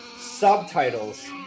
subtitles